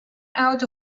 out